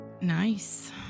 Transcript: Nice